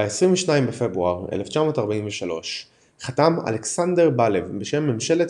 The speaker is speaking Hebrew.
ב-22 בפברואר 1943 חתם אלכסנדר בלב בשם ממשלת